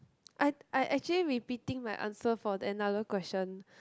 I I actually repeating my answer for another question